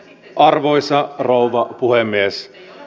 arvoisa rouva puhemies